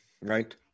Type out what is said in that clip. right